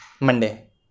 Monday